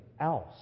else